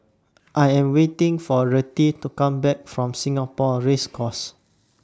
I Am waiting For Rettie to Come Back from Singapore Race Course